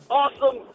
awesome